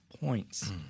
points